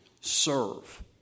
serve